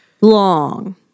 long